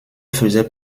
faisait